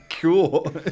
Cool